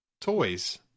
toys